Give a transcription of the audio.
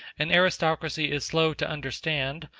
an aristocracy is slow to understand,